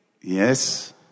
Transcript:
Yes